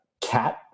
cat